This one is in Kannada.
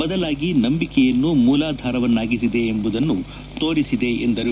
ಬದಲಾಗಿ ನಂಬಿಕೆಯನ್ನು ಮೂಲಧಾರವನ್ನಾಗಿಸಿದೆ ಎಂಬುದನ್ನು ತೋರಿಸಿದೆ ಎಂದರು